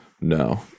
No